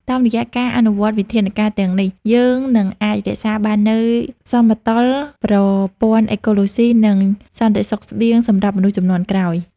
តាមរយៈការអនុវត្តវិធានការទាំងនេះ យើងនឹងអាចរក្សាបាននូវសមតុល្យប្រព័ន្ធអេកូឡូស៊ី និងសន្តិសុខស្បៀងសម្រាប់មនុស្សជំនាន់ក្រោយ។